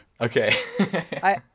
Okay